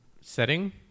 setting